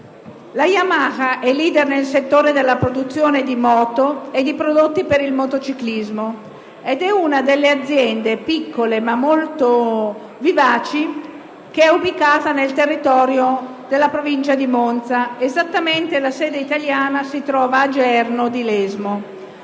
La Yamaha è *leader* nel settore della produzione di moto e di prodotti per il motociclismo ed è una delle aziende piccole, ma molto vivaci, ubicate nel territorio della provincia di Monza; la sede italiana si trova esattamente a Gerno di Lesmo.